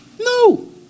No